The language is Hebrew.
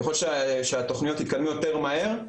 ככול שהתוכניות יתקדמו יותר מהר,